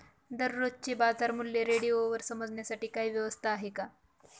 दररोजचे बाजारमूल्य रेडिओवर समजण्यासाठी काही व्यवस्था आहे का?